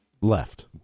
left